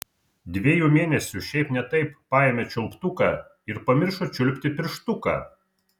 dviejų mėnesių šiaip ne taip paėmė čiulptuką ir pamiršo čiulpti pirštuką